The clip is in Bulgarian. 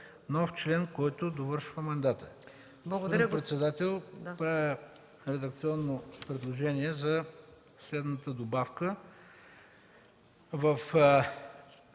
нов член, който довършва мандата.” Господин председател, правя редакционно предложение за следната добавка: